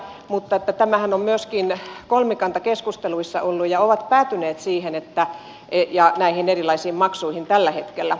mutta tämähän on myöskin kolmikantakeskusteluissa ollut ja he ovat päätyneet näihin erilaisiin maksuihin tällä hetkellä